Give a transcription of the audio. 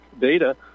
data